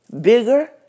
bigger